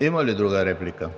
ПРЕДСЕДАТЕЛ ЕМИЛ